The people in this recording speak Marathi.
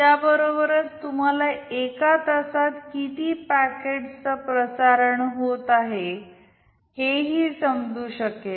त्याबरोबरच तुम्हाला एका तासात किती पॅकेट्सच प्रसारण होत आहे हेही समजू शकेल